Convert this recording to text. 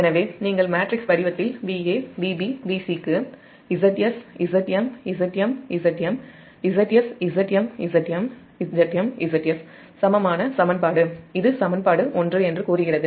எனவே நீங்கள் மேட்ரிக்ஸ் வடிவத்தில் VaVb Vcக்குZs Zm Zm Zm Zs Zm Zm Zm Zs சமமான சமன்பாடு இது சமன்பாடு 1 என்று கூறுகிறது